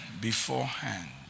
beforehand